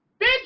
Bitch